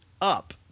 up